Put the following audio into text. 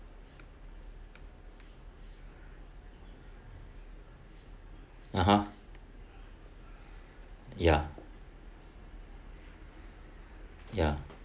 (uh huh) ya ya